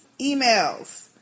emails